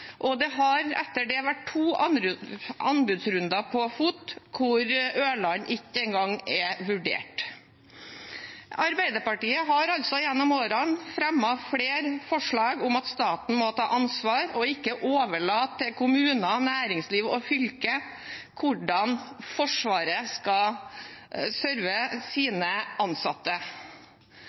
og det har etter det vært to anbudsrunder på FOT-ruter, der Ørland ikke engang er vurdert. Arbeiderpartiet har gjennom årene fremmet flere forslag om at staten må ta ansvar og ikke overlate til kommuner, næringsliv og fylker hvordan Forsvaret skal sørve sine ansatte.